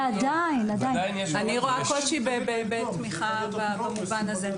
אני רואה קושי בתמיכה במובן הזה.